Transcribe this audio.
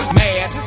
mad